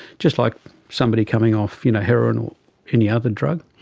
just like somebody coming off you know heroin or any other drug,